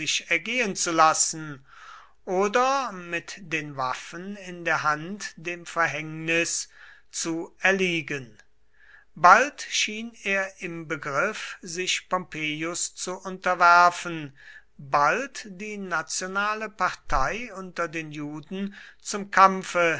ergehen zu lassen oder mit den waffen in der hand dem verhängnis zu erliegen bald schien er im begriff sich pompeius zu unterwerfen bald die nationale partei unter den juden zum kampfe